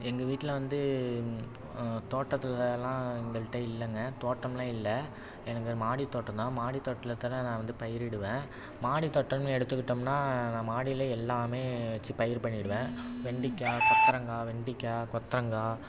எங்கள் வீட்டில் வந்து தோட்டத்துல எல்லாம் எங்கள்கிட்ட இல்லைங்க தோட்டம்லாம் இல்லை எனக்கு மாடி தோட்டம்தான் மாடி தோட்டத்தில் நான் வந்து பயிரிடுவேன் மாடித்தோட்டம்ன்னு எடுத்துக்கிட்டோம்னா நான் மாடியில எல்லாமே வச்சு பயிர் பண்ணிடுவேன் வெண்டிக்காய் கொத்தரங்காய் வெண்டிக்காய் கொத்தரங்காய்